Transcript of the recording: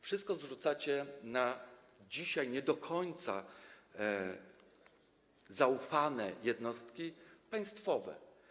Wszystko zrzucacie na dzisiaj nie do końca zaufane jednostki państwowe.